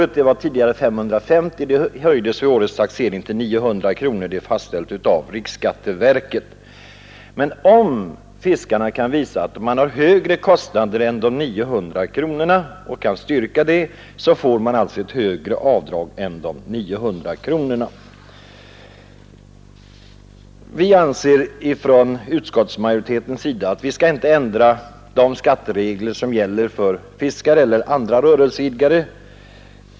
Detta avdrag var tidigare 550 kronor, men det höjdes vid årets taxering till 900 kronor och är fastställt av riksskatteverket. Om fiskarna kan styrka att de har kostnader på mer än 900 kronor om året får de göra ett högre avdrag. Från utskottsmajoritetens sida anser vi att man inte skall ändra de skatteregler som gäller för fiskare eller andra rörelseidkare.